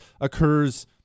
occurs